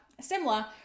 similar